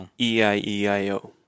E-I-E-I-O